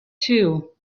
too